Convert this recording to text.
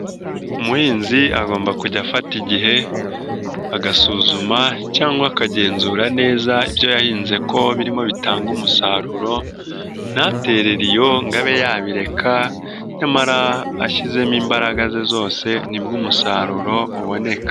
Umuhinzi agomba kujya afata igihe agasuzuma cyangwa akagenzura neza ibyo yahinze ko birimo bitanga umusaruro ntaterere iyo ngo abe yabireka nyamara ashyizemo imbaraga ze zose nibwo umusaruro uboneka.